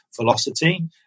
velocity